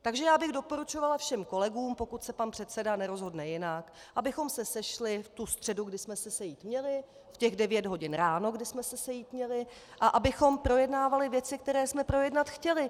Takže já bych doporučovala všem kolegům, pokud se pan předseda nerozhodne jinak, abychom se sešli v tu středu, kdy jsme se sejít měli, v devět hodin ráno, kdy jsme se sejít měli, a abychom projednávali věci, které jsme projednat chtěli.